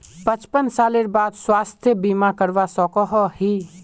पचपन सालेर बाद स्वास्थ्य बीमा करवा सकोहो ही?